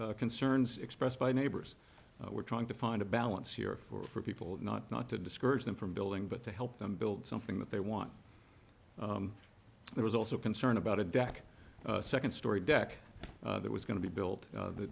with concerns expressed by neighbors we're trying to find a balance here for people not not to discourage them from building but to help them build something that they want there was also concern about a desk second story deck that was going to be built that the